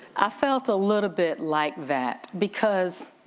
i felt a little bit like that because